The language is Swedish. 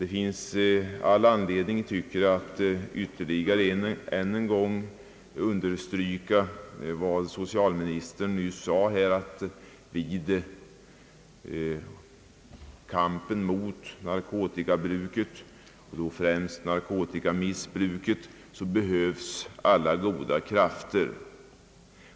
Det finns all anledning att än en gång understryka vad socialministern nyss sade, nämligen att i kampen mot narkotikabruket, främst narkotikamissbruket, behövs alla goda krafter.